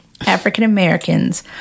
African-Americans